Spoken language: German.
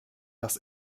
das